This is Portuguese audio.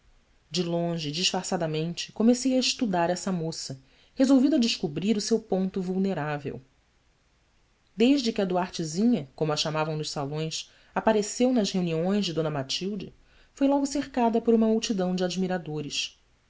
de longe e disfarçadamente comecei a estudar essa moça resolvido a descobrir o seu ponto vulnerável desde que a duartezinha como a chamavam nos salões apareceu nas reuniões de d matilde foi logo cercada por uma multidão de admiradores